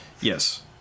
Yes